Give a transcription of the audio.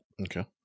Okay